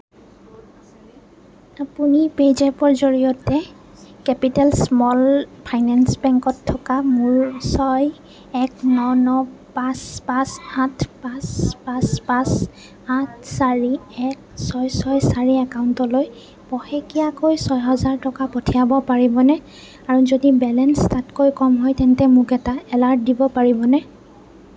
আপুনি পে'জেপৰ জৰিয়তে কেপিটেল স্মল ফাইনেন্স বেংকত থকা মোৰ ছয় এক ন ন পাঁচ পাঁচ আঠ পাঁচ পাঁচ পাঁচ আঠ চাৰি এক ছয় ছয় চাৰি একাউণ্টলৈ পষেকীয়াকৈ ছহেজাৰ টকা পঠিয়াব পাৰিবনে আৰু যদি বেলেঞ্চ তাতকৈ কম হয় তেন্তে মোক এটা এলাৰ্ট দিব পাৰিবনে